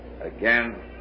again